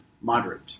moderate